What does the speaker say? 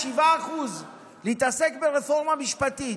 7% להתעסק ברפורמה משפטית.